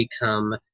become